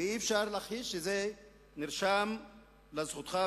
ואי-אפשר להכחיש שזה נרשם לזכותך,